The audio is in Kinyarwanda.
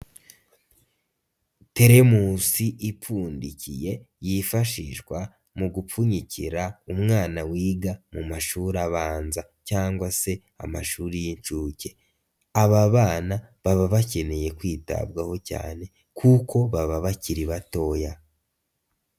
Telemusi ipfundikiye yifashishwa mu gupfunyikira umwana wiga mu mashuri abanza cyangwa se amashuri y'inshuke, aba bana baba bakeneye kwitabwaho cyane kuko baba bakiri batoya.